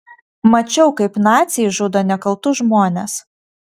mačiau kaip naciai žudo nekaltus žmones